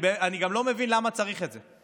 אני גם לא מבין למה צריך את זה.